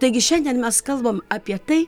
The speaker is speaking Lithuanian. taigi šiandien mes kalbam apie tai